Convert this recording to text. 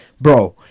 bro